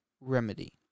remedy